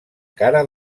cara